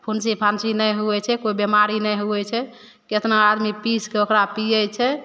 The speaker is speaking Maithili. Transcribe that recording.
फुंसी फांसी नहि हुवै छै कोइ बीमारी नहि हुवै छै केतना आदमी पीसके ओकरा पियै छै